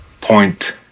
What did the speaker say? point